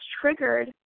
triggered